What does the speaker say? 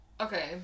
Okay